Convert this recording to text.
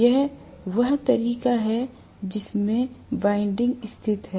यह वह तरीका है जिसमें वाइंडिंग स्थित हैं